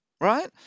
right